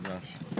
הישיבה נעולה.